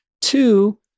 two